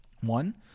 One